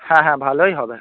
হ্যাঁ হ্যাঁ ভালোই হবে